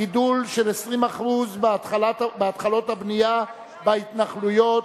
גידול של 20% בהתחלות הבנייה בהתנחלויות,